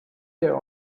their